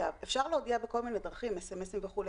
עכשיו, אפשר להודיע בכל מיני דרכים, SMS וכו'.